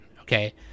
okay